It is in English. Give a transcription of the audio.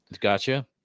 Gotcha